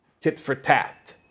tit-for-tat